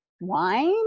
wine